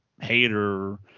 Hater